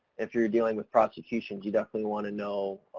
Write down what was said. if you're dealing with prosecutions you definitely want to know,